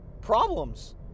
problems